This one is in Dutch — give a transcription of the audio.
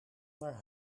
naar